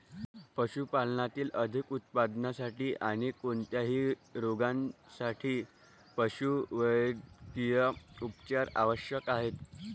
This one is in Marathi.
पशुपालनातील अधिक उत्पादनासाठी आणी कोणत्याही रोगांसाठी पशुवैद्यकीय उपचार आवश्यक आहेत